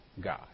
God